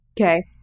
Okay